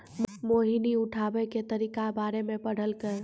मोहिनी उठाबै के तरीका बारे मे पढ़लकै